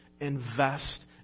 Invest